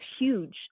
huge